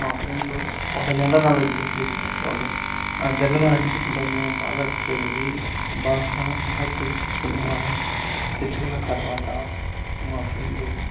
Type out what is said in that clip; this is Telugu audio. మా ఫ్రెండ్ ఒక జనరల్ నాలెడ్జి బుక్ తెచ్చిచ్చేవాడు ఆ జనరల్ నాలెడ్జి బుక్తో మేము బాగా చదివి బాగా మార్కులు తెచ్చుకునేవాళ్ళం తెచ్చుకున్న తర్వాత మా ఫ్రెండ్